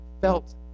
felt